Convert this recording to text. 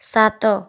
ସାତ